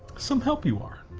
some help you are.